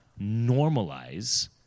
normalize